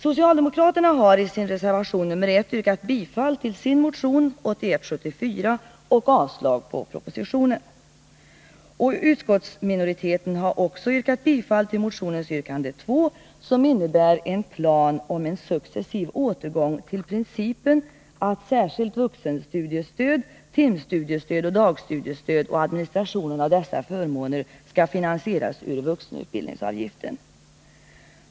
Utskottsminoriteten har också yrkat bifall till motionens yrkande 2, som innebär upprättandet av en plan om en successiv återgång till principen att särskilt vuxenstudiestöd, timstudiestöd och dagstudiestöd samt administrationen av dessa förmåner skall finansieras ur vuxenutbildningsavgiften.